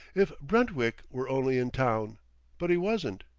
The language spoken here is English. if brentwick were only in town but he wasn't,